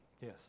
Yes